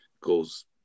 goes